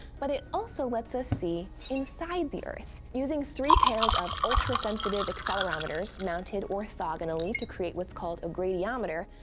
but it also lets us see inside the earth. using three pairs of ultra-sensitive accelerometers, mounted orthogonally to create what's called a gradiometer,